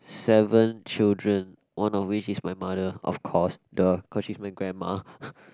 seven children one of which is my mother of course !duh! cause she is my grandma